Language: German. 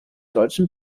deutschen